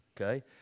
okay